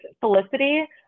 Felicity